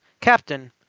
Captain